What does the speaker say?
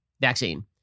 vaccine